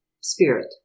spirit